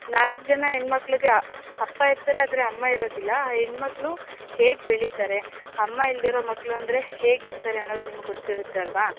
ನಾಲ್ಕು ಜನ ಹೆಣ್ಮಕ್ಳಿಗೆ ಅಪ್ಪ ಇರ್ತಾರೆ ಆದರೆ ಅಮ್ಮ ಇರೋದಿಲ್ಲ ಆ ಹೆಣ್ಮಕ್ಳು ಹೇಗೆ ಬೆಳಿತಾರೆ ಅಮ್ಮ ಇಲ್ಲದಿರೋ ಮಕ್ಳು ಅಂದರೆ ಹೇಗೆ ಇರ್ತಾರೆ ಅನ್ನೋದು ನಿಮ್ಗೆ ಗೊತ್ತಿರುತ್ತೆ ಅಲ್ಲವಾ